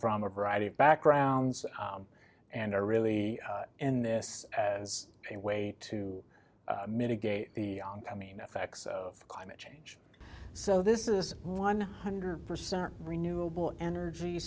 from a variety of backgrounds and are really in this as a way to mitigate the i mean effects of climate change so this is one hundred percent renewable energy